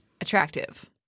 attractive